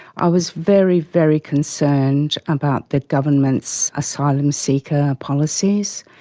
i was very, very concerned about the government's asylum seeker policies.